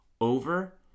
over